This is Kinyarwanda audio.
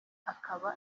akaba